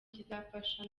kizafasha